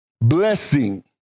blessing